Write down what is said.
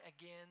again